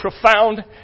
profound